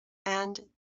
and